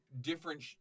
different